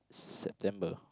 September